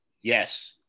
Yes